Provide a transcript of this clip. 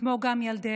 כמו גם ילדיהן,